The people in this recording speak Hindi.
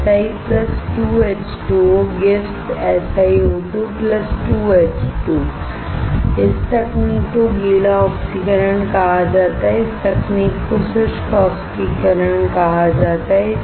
Si 2H2O à SiO2 2H2 इस तकनीक को गीला ऑक्सीकरण कहा जाता है इस तकनीक को शुष्क ऑक्सीकरण कहा जाता है